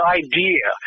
idea